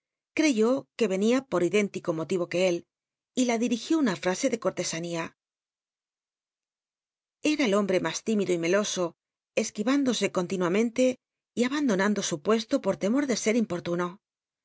creyó que cnia por idéntico moti ó que él y la dirigió una fase de cortesanía era el hombre mas tímido y meloso csqui'ündosc continuamente y aijandonando su puesto por t cmor de sea importuno